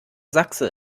sachse